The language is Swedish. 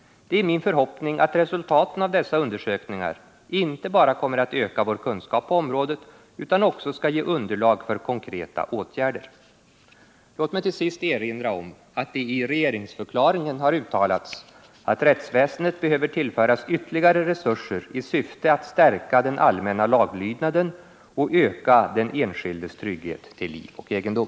Det är min förhoppning att resultaten av dessa undersökningar inte bara kommer att öka vår kunskap på området utan också skall ge underlag för konkreta åtgärder. Låt mig till sist erinra om att det i regeringsförklaringen har uttalats att rättsväsendet behöver tillföras ytterligare resurser i syfte att stärka den allmänna laglydnaden och öka den enskildes trygghet till liv och egendom.